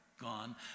gone